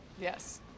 Yes